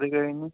അതുകഴിഞ്ഞ്